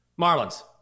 Marlins